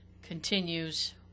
Continues